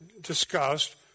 discussed